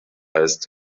ist